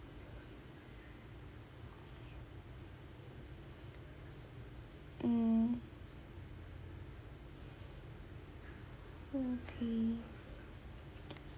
mm okay